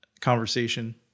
conversation